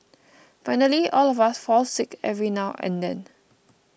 finally all of us fall sick every now and then